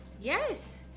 Yes